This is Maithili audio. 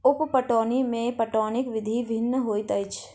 उप पटौनी मे पटौनीक विधि भिन्न होइत अछि